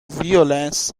violence